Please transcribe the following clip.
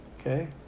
okay